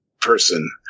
person